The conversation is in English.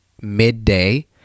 midday